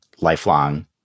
lifelong